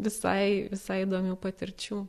visai visai įdomių patirčių